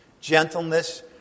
Gentleness